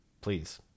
Please